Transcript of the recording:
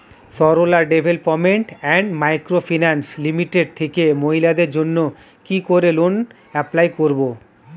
Sarala development and micro finance limited থেকে মহিলাদের জন্য কি করে লোন এপ্লাই করব?